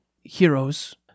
heroes